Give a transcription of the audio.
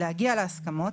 להגיע להסכמות